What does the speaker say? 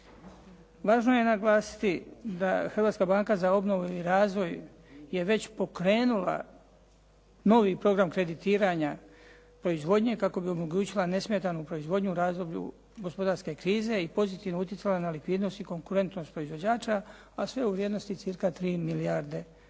Važno je naglasiti da Hrvatska banka za obnovu i razvoj je već pokrenula novi program kreditiranja proizvodnje kako bi omogućila nesmetanu proizvodnju u razdoblju gospodarske krize i pozitivno utjecala na likvidnost i konkurentnost proizvođača, a sve u vrijednosti cca 3 milijarde